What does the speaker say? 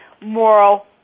moral